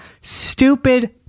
Stupid